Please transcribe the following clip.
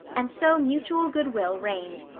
and so mutual goodwill reigned.